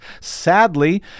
Sadly